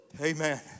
Amen